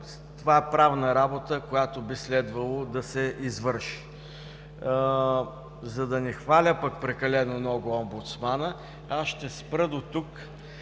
това е правна работа, която би следвало да се извърши. За да не хваля пък прекалено много омбудсмана, ще спра дотук